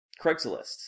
Craigslist